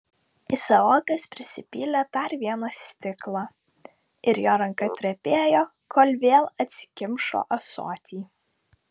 izaokas prisipylė dar vieną stiklą ir jo ranka drebėjo kol vėl atsikimšo ąsotį